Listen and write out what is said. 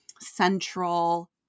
central